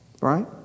Right